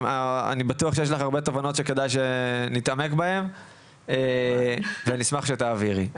אני בטוח שיש לך הרבה תובנות שכדאי שנתעמק בהן ונשמח שתעבירי.